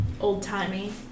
old-timey